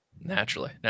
Naturally